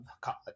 college